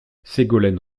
ségolène